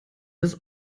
das